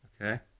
okay